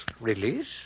Release